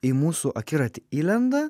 į mūsų akiratį įlenda